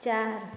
चार